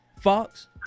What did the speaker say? Fox